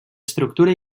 estructura